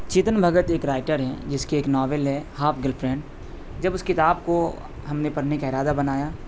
چیتن بھگت ایک رائٹر ہیں جس کی ایک ناول ہے ہاف گرل فرینڈ جب اس کتاب کو ہم نے پڑھنے کا ارادہ بنایا